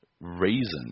reason